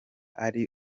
ari